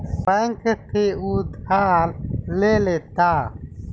bank से उधार ले लेता